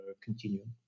continue